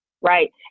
right